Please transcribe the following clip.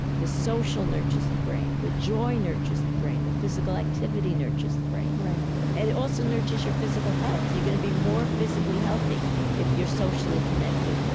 the social nurtures the brain. the joy nurtures the brain. the physical activity nurtures the brain right and it also nurtures your physical health. you're going to be more physically healthy if you're socially connected,